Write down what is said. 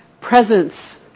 presence